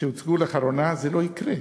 שהוצגו לאחרונה, זה לא יקרה.